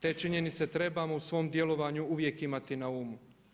Te činjenice trebamo u svom djelovanju uvijek imati na umu.